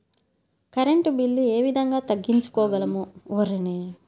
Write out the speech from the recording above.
Current bill ఏ విధంగా తగ్గించుకోగలము?